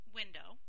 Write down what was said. window